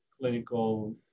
clinical